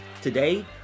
Today